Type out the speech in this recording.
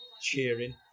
cheering